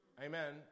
Amen